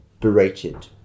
berated